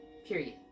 Period